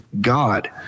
God